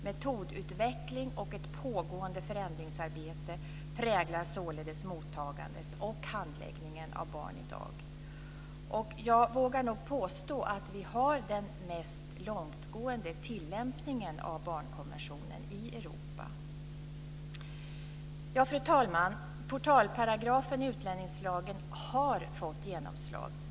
Metodutveckling och ett pågående förändringsarbete präglar således mottagandet och handläggningen av barn i dag. Jag vågar nog påstå att vi har den mest långtgående tillämpningen av barnkonventionen i Europa. Fru talman! Portalparagrafen i utlänningslagen har fått genomslag.